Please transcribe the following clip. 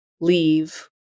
leave